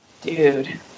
Dude